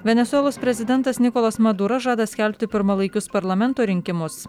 venesuelos prezidentas nikolas maduras žada skelbti pirmalaikius parlamento rinkimus